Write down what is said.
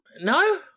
No